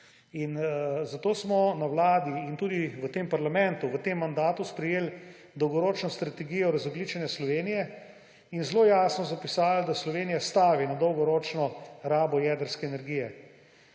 zato smo na vladi in tudi v tem parlamentu v tem mandatu sprejeli dolgoročno strategijo razogljičenja Slovenije in zelo jasno zapisali, da Slovenija stavi na dolgoročno rabo jedrske energije.